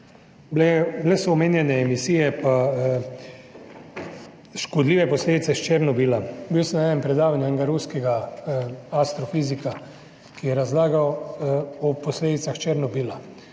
so bile emisije in škodljive posledice Černobila. Bil sem na predavanju enega ruskega astrofizika, ki je razlagal o posledicah Černobila.